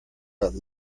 but